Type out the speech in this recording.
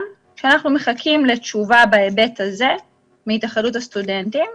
שאנחנו מחכים לתשובה בהיבט הזה מהתאחדות הסטודנטים,